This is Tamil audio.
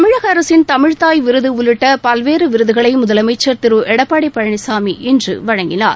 தமிழக அரசின் தமிழ்த்தாய் விருது உள்ளிட்ட பல்வேறு விருதுகளை முதலமைச்சர் திரு எடப்பாடி பழனிசாமி இன்று வழங்கினார்